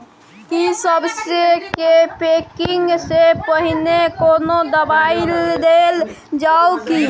की सबसे के पैकिंग स पहिने कोनो दबाई देल जाव की?